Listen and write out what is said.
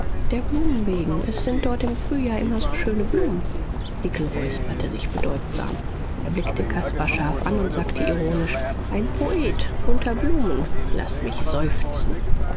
der blumen wegen es sind dort im frühjahr immer so schöne blumen hickel räusperte sich bedeutsam er blickte caspar scharf an und sagte ironisch ein poet unter blumen laß mich seufzen